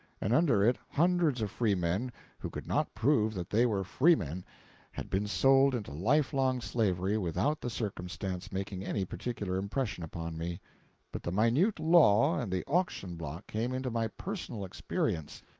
and under it hundreds of freemen who could not prove that they were freemen had been sold into lifelong slavery without the circumstance making any particular impression upon me but the minute law and the auction block came into my personal experience,